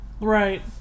Right